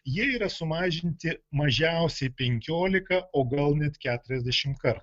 jie yra sumažinti mažiausiai penkiolika o gal net keturiasdešim kartų